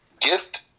gift